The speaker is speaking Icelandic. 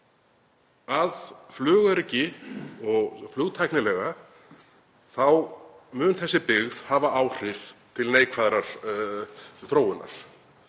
að flugöryggis- og flugtæknilega mun þessi byggð hafa áhrif til neikvæðrar þróunar.